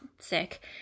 sick